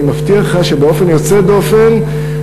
אני מבטיח לך שבאופן יוצא דופן,